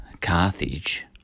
Carthage